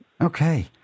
Okay